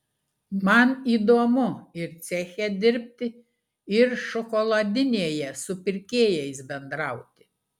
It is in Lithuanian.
man įdomu ir ceche dirbti ir šokoladinėje su pirkėjais bendrauti